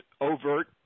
overt